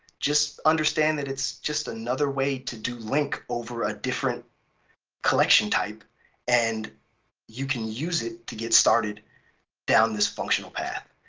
just understand that it's just another way to do link over a different collection type and you can use it to get started down this functional path.